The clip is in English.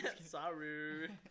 sorry